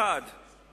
זה לא סיכום.